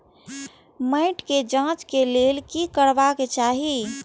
मैट के जांच के लेल कि करबाक चाही?